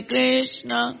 Krishna